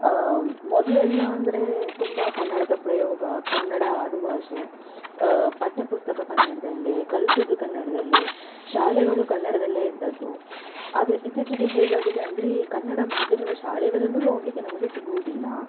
ಮೊದಲೆಲ್ಲ ಅಂದರೆ ತುಂಬ ಕನ್ನಡದ ಪ್ರಯೋಗ ಕನ್ನಡ ಆಡು ಭಾಷೆ ಪಠ್ಯ ಪುಸ್ತಕ ಕನ್ನಡದಲ್ಲೇ ಕಲ್ಸೋದು ಕನ್ನಡದಲ್ಲೇ ಶಾಲೆಗಳು ಕನ್ನಡದಲ್ಲೇ ಇದ್ದದ್ದು ಆದರೆ ಇತ್ತೀಚಿಗೆ ಹೇಗಾಗಿದೆ ಅಂದರೆ ಕನ್ನಡ ಮಾಧ್ಯಮದ ಶಾಲೆಗಳನ್ನು ನೋಡಲಿಕ್ಕೆ ನಮಗೆ ಸಿಗುವುದಿಲ್ಲ